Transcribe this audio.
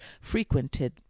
frequented